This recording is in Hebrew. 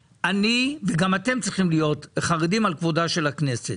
וגם אתם צריכים להיות חרדים לכבודה של הכנסת.